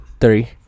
Three